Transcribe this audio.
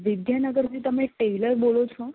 વિદ્યાનગર થી તમે ટેલર બોલો છો